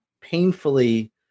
painfully